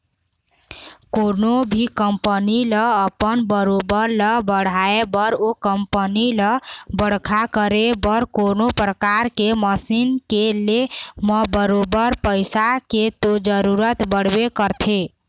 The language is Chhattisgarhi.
कोनो भी कंपनी ल अपन कारोबार ल बढ़ाय बर ओ कंपनी ल बड़का करे बर कोनो परकार के मसीन के ले म बरोबर पइसा के तो जरुरत पड़बे करथे